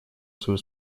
свою